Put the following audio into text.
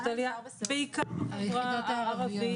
בעיקר בחברה הערבית.